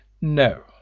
no